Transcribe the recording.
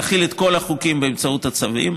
להחיל את כל החוקים באמצעות הצווים.